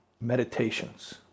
meditations